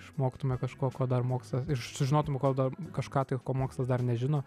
išmoktume kažko ko dar mokslas ir sužinotum ko dar kažką tai ko mokslas dar nežino